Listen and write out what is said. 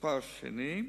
דבר שני,